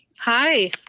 Hi